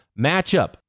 matchup